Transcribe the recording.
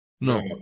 No